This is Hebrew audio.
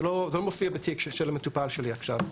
זה לא מופיע בתיק של המטופל שלי עכשיו,